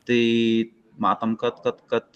tai matome kad tad kad